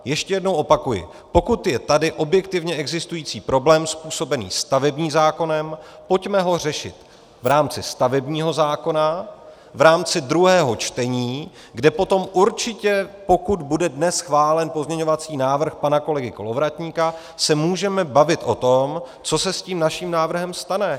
Ještě jednou opakuji pokud je tady objektivně existující problém způsobený stavebním zákonem, pojďme ho řešit v rámci stavebního zákona, v rámci druhého čtení, kde potom určitě, pokud bude dnes schválen pozměňovací návrh pana kolegy Kolovratníka, se můžeme bavit o tom, co se s tím naším návrhem stane.